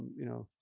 you know,